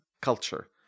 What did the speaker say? culture